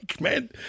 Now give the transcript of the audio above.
man